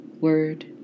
word